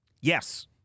Yes